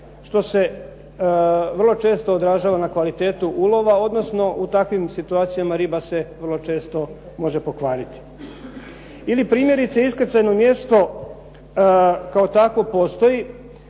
što se vrlo često odražava na kvalitetu ulova, odnosno u takvim situacijama riba se vrlo često može pokvariti. Ili primjerice, iskrcajno mjesto kao takvo postoji,